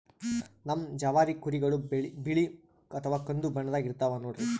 ನಮ್ ಜವಾರಿ ಕುರಿಗಳು ಬಿಳಿ ಅಥವಾ ಕಂದು ಬಣ್ಣದಾಗ ಇರ್ತವ ನೋಡ್ರಿ